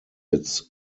its